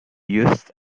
used